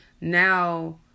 now